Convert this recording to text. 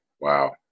Wow